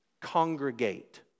congregate